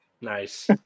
Nice